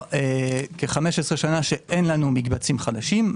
כ-15 שנה שאין לנו מקבצים חדשים.